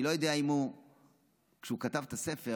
אני לא יודע, כשהוא כתב את הספר